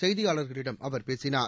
செய்தியாளர்களிடம் அவர் பேசினார்